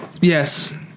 yes